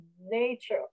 nature